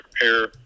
prepare